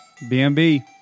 BMB